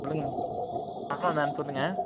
சொல்லுங்கள் மேம் ஆமாம் மேம் சொல்லுங்கள்